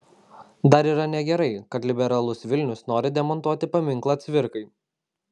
dar yra negerai kad liberalus vilnius nori demontuoti paminklą cvirkai